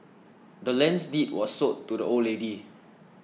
the land's deed was sold to the old lady